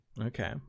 okay